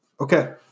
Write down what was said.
okay